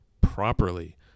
properly